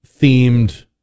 themed